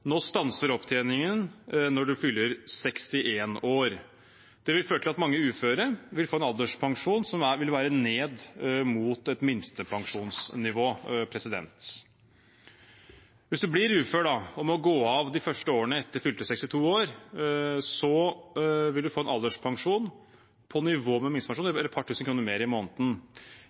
nå stanser opptjeningen når man fyller 61 år. Det vil føre til at mange uføre vil få en alderspensjon som vil være ned mot et minstepensjonsnivå. Hvis man blir ufør og må gå av de første årene etter fylte 62 år, vil man få en alderspensjon på nivå med minstepensjon, med et par tusen kroner mer i måneden.